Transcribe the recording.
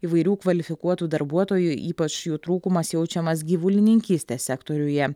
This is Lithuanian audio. įvairių kvalifikuotų darbuotojų ypač jų trūkumas jaučiamas gyvulininkystės sektoriuje